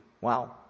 Wow